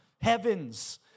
heavens